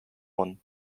one